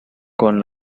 con